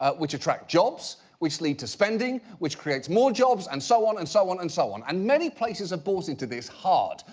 ah which attract jobs, which lead to spending, which creates more jobs and so on, and so on, and so on, and many places have bought into this, hard,